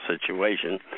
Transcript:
situation